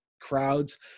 crowds